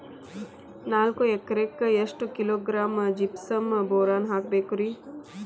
ನಾಲ್ಕು ಎಕರೆಕ್ಕ ಎಷ್ಟು ಕಿಲೋಗ್ರಾಂ ಜಿಪ್ಸಮ್ ಬೋರಾನ್ ಹಾಕಬೇಕು ರಿ?